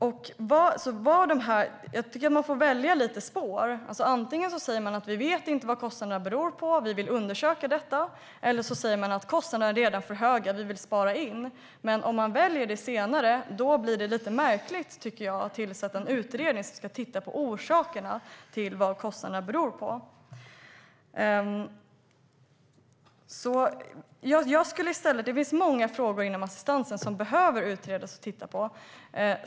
Jag tycker att man får välja spår och antingen säga att man inte vet vad kostnaderna beror på och vill undersöka detta eller att kostnaderna redan är för höga och att man vill spara in. Om man väljer det senare blir det lite märkligt, tycker jag, att tillsätta en utredning som ska titta på orsakerna till kostnadsutvecklingen. Det finns många frågor inom assistansen som behöver utredas och tittas på.